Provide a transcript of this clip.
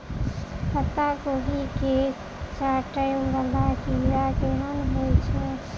पत्ता कोबी केँ चाटय वला कीड़ा केहन होइ छै?